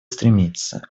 стремиться